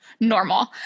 normal